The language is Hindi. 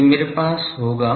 तो मेरे पास होगा